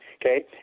okay